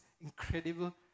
incredible